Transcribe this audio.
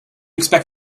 expect